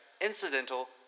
incidental